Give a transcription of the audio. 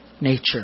nature